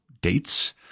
dates